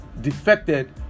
defected